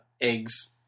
eggs